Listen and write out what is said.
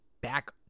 back